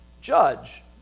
judge